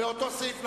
אותו סעיף ל-2010,